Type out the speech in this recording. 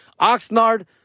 Oxnard